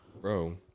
Bro